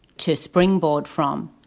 to springboard from.